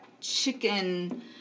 chicken